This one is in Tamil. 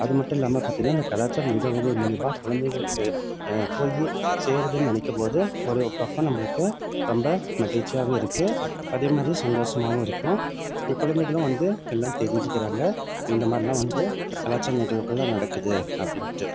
அது மட்டும் இல்லாமல் பார்த்திங்கன்னா இந்த கலாச்சார நிகழ்வுகள் மூலிமா குழந்தைகளுக்கு போய் சேருதுன்னு நெனைக்கும்போது ஒரு பக்கம் நம்மளுக்கு ரொம்ப மகிழ்ச்சியாவும் இருக்குது அதேமாதிரி சந்தோஷமாவும் இருக்கும் குழந்தைகளும் வந்து எல்லாம் தெரிஞ்சுக்கிறாங்க இந்தமாதிரிலாம் வந்து கலாச்சார நிகழ்வுகள்லாம் நடக்குது அப்படின்ட்டு